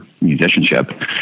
musicianship